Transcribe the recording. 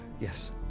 yes